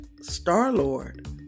Star-Lord